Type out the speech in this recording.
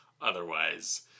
otherwise